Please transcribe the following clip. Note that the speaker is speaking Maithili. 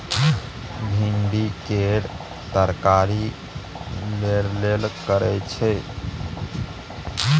भिंडी केर तरकारी लेरलेर करय छै